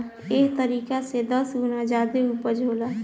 एह तरीका से दस गुना ज्यादे ऊपज होता